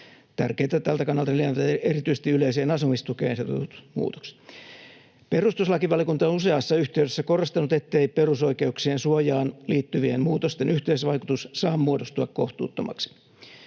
Tärkeitä tältä kannalta lienevät erityisesti yleiseen asumistukeen ehdotetut muutokset.” ”Perustuslakivaliokunta on useassa yhteydessä korostanut, ettei perusoikeuksien suojaan liittyvien muutosten yhteisvaikutus saa muodostua kohtuuttomaksi.